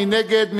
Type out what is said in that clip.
מי נגד?